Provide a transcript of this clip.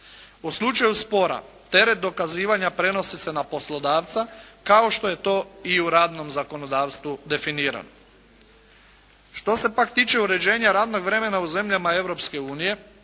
U slučaju spora teret dokazivanja prenosi se na poslodavca kao što je to i u radnom zakonodavstvu definirano. Što se pak tiče uređenja radnog vremena u zemljama